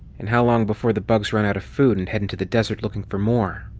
and how long before the bugs run out of food and head into the desert looking for more?